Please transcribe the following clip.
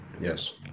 Yes